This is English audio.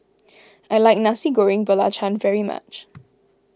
I like Nasi Goreng Belacan very much